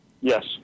Yes